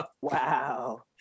Wow